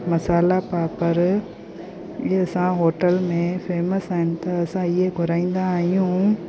मसाला पापड़ इअं असां होटल में फ़ेम्स आहिनि त असां इहे घुराईंदा आहियूं